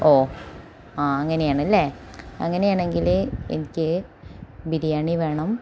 ഓ അങ്ങനെ ആണല്ലേ അങ്ങാനെ ആണെങ്കിൽ എനിക്ക് ബിരിയാണി വേണം